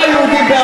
יואל, יואל.